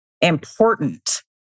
important